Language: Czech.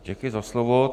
Děkuji za slovo.